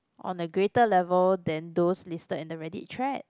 on the greater level than those listed in the Reddit thread